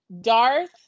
Darth